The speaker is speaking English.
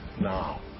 Now